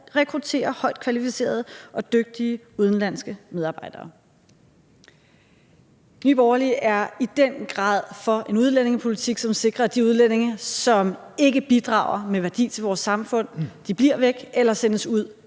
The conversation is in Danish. rekruttere højtkvalificerede og dygtige udenlandske medarbejdere.« Nye borgerlige er i den grad for en udlændingepolitik, som sikrer, at de udlændinge, som ikke bidrager med værdi til vores samfund, bliver væk eller sendes ud,